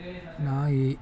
ನಾಯಿ